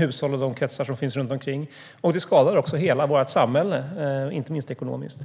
hushåll och kretsen runt omkring. Det skadar också hela vårt samhälle, inte minst ekonomiskt.